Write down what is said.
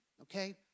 Okay